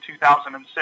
2006